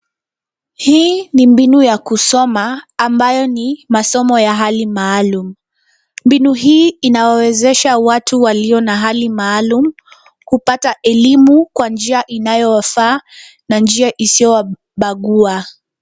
Hii ni mbinu ya kusoma ambayo ni masomo ya hali maalum. Mbinu hii inawawezesha watu walio na hali maalum kupata elimu kwa njia inayofaa na njia isiyo bagua.